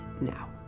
now